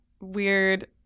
weird